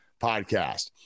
podcast